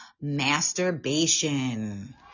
masturbation